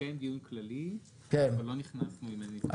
התקיים דיון כללי אבל לא נכנסנו לדברים.